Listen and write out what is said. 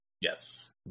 Yes